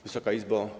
Wysoka Izbo!